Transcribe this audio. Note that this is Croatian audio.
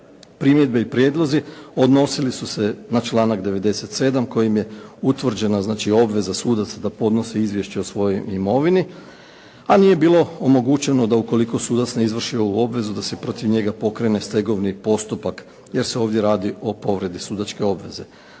Primjedbe i prijedlozi odnosili su se na članak 97. kojim je utvrđena znači obveza sudaca da podnose izvješće o svojoj imovini, a nije bilo omogućeno da ukoliko sudac ne izvrši ovu obvezu da se protiv njega pokrene stegovni postupak, jer se ovdje radi o povredi sudačke obveze.